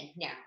Now